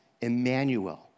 Emmanuel